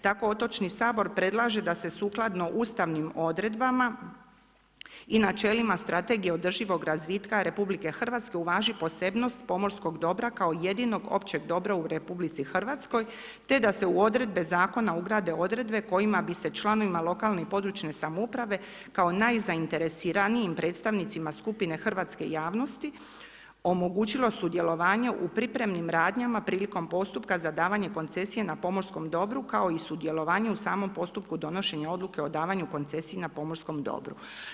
Tako Otočni sabor predlaže da se sukladno ustavnim odredbama i načelima strategija održivog razvitka RH, uvaži posebnost pomorskog dobra kao jedinog općeg dobra u RH, te da se u odredbe zakona ugrade odredbe kojima bi se članova lokalne i područne samouprave kao najzainteresiranijim predstavnicima skupine hrvatske javnosti omogućilo sudjelovanje u pripremnim radnjama prilikom postupka za davanje koncesije na pomorskom dobru kao i sudjelovanje u samom postupku donošenja odluka o davanju koncesija na pomorskom dobru.